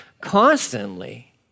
constantly